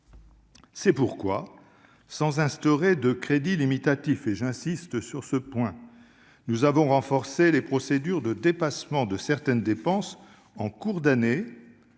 C'est pourquoi, sans instaurer de crédits limitatifs- j'y insiste -, nous avons renforcé les procédures de dépassement de certaines dépenses en cours d'année,